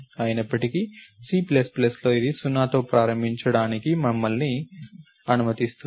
అయినప్పటికీ Cలో ఇది 0తో ప్రారంభించడానికి మిమ్మల్ని అనుమతిస్తుంది